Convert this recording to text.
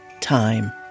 time